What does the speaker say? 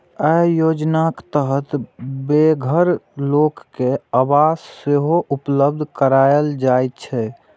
अय योजनाक तहत बेघर लोक कें आवास सेहो उपलब्ध कराएल जाइ छै